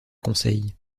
conseil